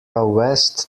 west